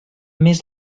més